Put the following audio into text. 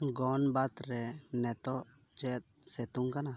ᱜᱚᱱᱵᱟᱫᱽ ᱨᱮ ᱱᱤᱛᱳᱜ ᱪᱮᱫ ᱥᱤᱛᱩᱝ ᱠᱟᱱᱟ